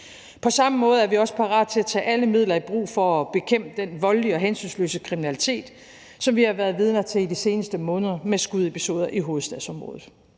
På samme måde er vi også parat til at tage alle midler i brug for at bekæmpe den voldelige og hensynsløse kriminalitet, som vi har været vidner til i de seneste måneder med skudepisoder i hovedstadsområdet.